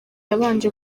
yabanje